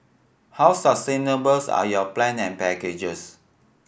how sustainable are your plan and packages